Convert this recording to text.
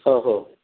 ओ हो